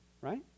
right